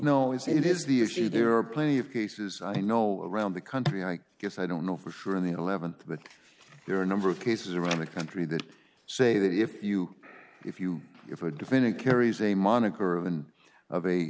issue no is it is the issue there are plenty of cases i know around the country i guess i don't know for sure in the th but there are a number of cases around the country that say that if you if you if a defendant carries a